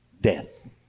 death